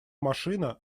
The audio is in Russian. машина